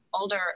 older